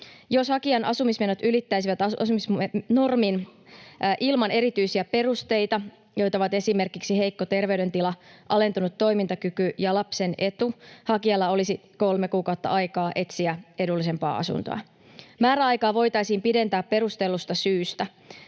Jos hakijan asumismenot ylittäisivät normin ilman erityisiä perusteita, joita ovat esimerkiksi heikko terveydentila, alentunut toimintakyky ja lapsen etu, hakijalla olisi kolme kuukautta aikaa etsiä edullisempaa asuntoa. Määräaikaa voitaisiin pidentää perustellusta syystä.